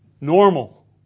normal